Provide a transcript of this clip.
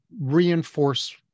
reinforce